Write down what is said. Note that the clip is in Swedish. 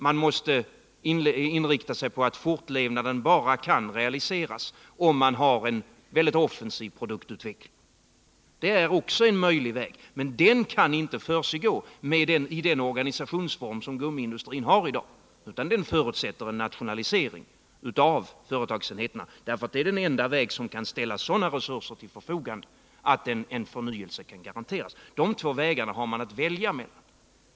Man måste inrikta sig på att fortlevnaden kan realiseras bara om man har en väldigt offensiv produktutveckling. Också det är en möjlig väg, men den kan inte beträdas med den organisationsform som gummiindustrin har i dag, utan den förutsätter en nationalisering av företagsenheterna. Endast en nationalisering kan ställa sådana resurser till förfogande att en förnyelse kan garanteras. Dessa två vägar har man att välja mellan.